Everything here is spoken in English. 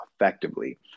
effectively